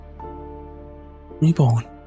reborn